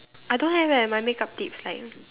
I don't have eh my make-up tips like